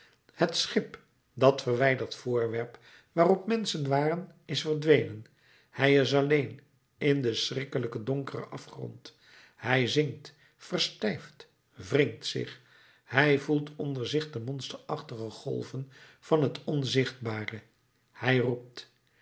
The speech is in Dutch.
het schip dat verwijderd voorwerp waarop menschen waren is verdwenen hij is alleen in den schrikkelijken donkeren afgrond hij zinkt verstijft wringt zich hij voelt onder zich de monsterachtige golven van het onzichtbare hij roept